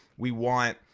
we want